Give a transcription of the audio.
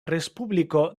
respubliko